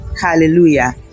hallelujah